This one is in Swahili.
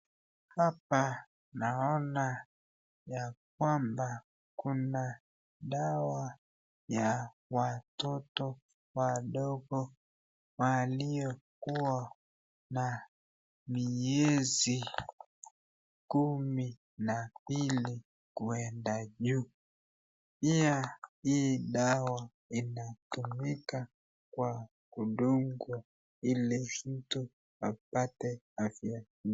Hapa naona ya kwamba kuna dawa ya watoto wadogo waliokuwa na miezi kumi na mbili kwenda juu. Pia hii dawa inatumika kwa mtoto ili apate afya bora.